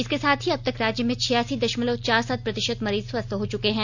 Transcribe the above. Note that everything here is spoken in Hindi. इसके साथ ही अब तक राज्य में छियासी दशमलव चार सात प्रतिशत मरीज स्वस्थ हो चुके हैं